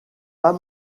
pas